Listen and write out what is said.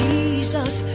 Jesus